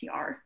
PR